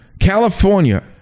California